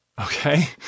Okay